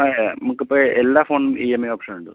അങ്ങനെയല്ല നമുക്കിപ്പം എല്ലാ ഫോണും ഇ എം ഐ ഓപ്ഷൻ ഉണ്ട്